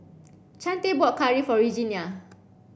Chante bought curry for Regenia